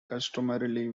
customarily